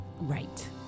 Right